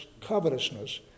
covetousness